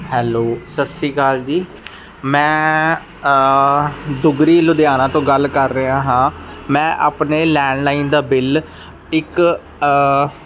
hello ਸਤਿ ਸ਼੍ਰੀ ਅਕਾਲ ਜੀ ਮੈਂ ਦੁਗਰੀ ਲੁਧਿਆਣਾ ਤੋਂ ਗੱਲ ਕਰ ਰਿਹਾ ਹਾਂ ਮੈਂ ਆਪਣੇ ਲੈਂਡਲਾਈਨ ਦਾ ਬਿੱਲ ਇੱਕ